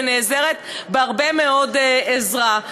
היא נעזרת בהרבה מאוד עזרה.